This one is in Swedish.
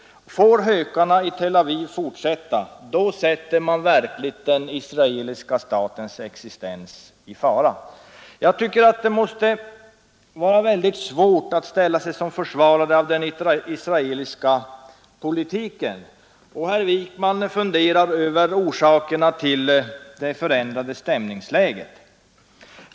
Får hökarna i Tel Aviv fortsätta bringar man verkligen den israeliska statens existens i fara. Jag tycker det är väldigt svårt att ställa sig som försvarare av den israeliska politiken. Herr Wijkman funderar över orsakerna till det förändrade stämningsläget.